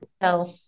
no